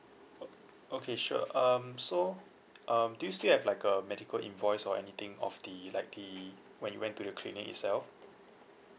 o~ okay sure um so um do you still have like a medical invoice or anything of the like the when you went to the clinic itself